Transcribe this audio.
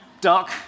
duck